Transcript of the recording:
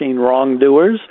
wrongdoers